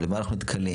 למה אנחנו נתקלים,